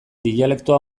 dialektoa